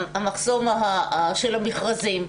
המחסום של המכרזים,